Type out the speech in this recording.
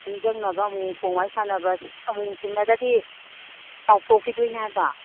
ꯅꯤꯡꯁꯤꯅꯕ ꯑꯃꯨꯛ ꯑꯃꯨꯛ ꯐꯣꯟ ꯋꯥꯔꯤ ꯁꯥꯟꯅꯕ ꯑꯃꯨꯛ ꯑꯃꯨꯛ ꯊꯦꯡꯅꯗ꯭ꯔꯗꯤ ꯀꯥꯎꯊꯣꯛꯈꯤꯗꯣꯏꯅꯦ ꯍꯥꯏꯕ